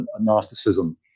Gnosticism